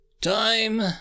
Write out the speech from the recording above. Time